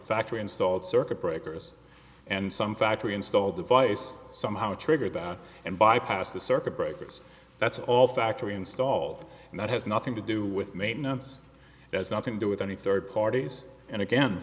factory installed circuit breakers and some factory installed device somehow triggered and bypassed the circuit breakers that's all factory install and that has nothing to do with maintenance as nothing to do with any third parties and